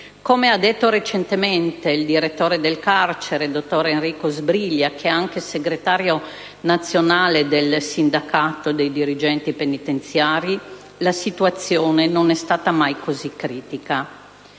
Come ha detto recentemente il direttore del carcere, dottor Enrico Sbriglia, che è anche segretario nazionale del SI.DI.PE: "la situazione non è stata mai così critica".